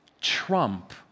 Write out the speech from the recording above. trump